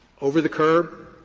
over the curb,